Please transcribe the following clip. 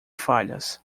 falhas